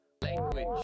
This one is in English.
Language